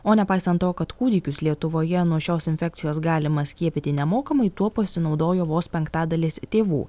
o nepaisant to kad kūdikius lietuvoje nuo šios infekcijos galima skiepyti nemokamai tuo pasinaudojo vos penktadalis tėvų